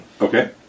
Okay